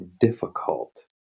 difficult